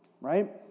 right